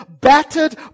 battered